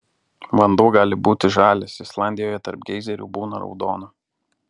vanduo gali būti žalias islandijoje tarp geizerių būna raudono